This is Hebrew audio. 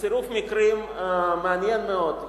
בצירוף מקרים מעניין מאוד,